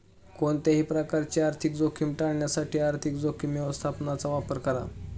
कोणत्याही प्रकारची आर्थिक जोखीम टाळण्यासाठी आर्थिक जोखीम व्यवस्थापनाचा वापर करा